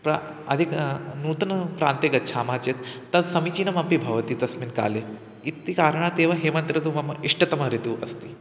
प्र अधिकं नूतनप्रान्ते गच्छामः चेत् तस्य समीचीनमपि भवति तस्मिन् काले इति कारणात् एव हेमन्तर्तुः मम इष्टतमः ऋतुः अस्ति